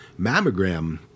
mammogram